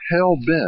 hell-bent